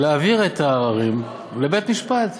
להעביר את העררים לבית-משפט.